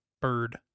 bird